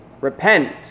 Repent